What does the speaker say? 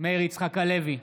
מאיר יצחק הלוי,